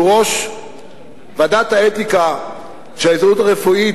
שהוא ראש ועדת האתיקה של ההסתדרות הרפואית,